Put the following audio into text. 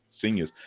seniors